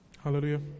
Hallelujah